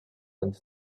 and